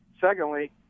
Secondly